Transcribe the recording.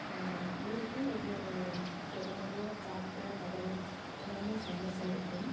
ஊருக்கும் ஒவ்வொரு திறமையோ பாட்டு நடனம் எல்லாமே ஃபேமஸாக இருக்கும்